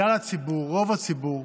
כלל הציבור, רוב הציבור,